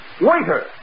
Waiter